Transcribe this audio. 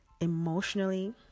emotionally